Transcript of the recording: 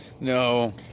No